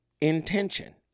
intention